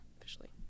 officially